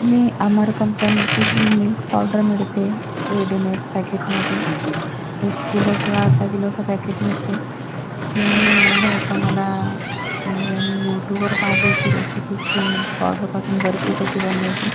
मी अमर कंपनीची जी milk powder मिळते रेडिमेट पॅकेटमध्ये एक किलो किंवा अर्धा किलोचं पॅकेट मिळते ते मी आणलं होतं मला म्हणजे मी यूटूबवर पाहली होती रेसिपी की मिल्क पावडरपासून बर्फी कशी बनवायची